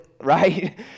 right